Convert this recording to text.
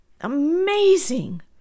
Amazing